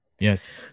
Yes